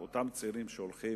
בהתחלה, אותם צעירים הולכים,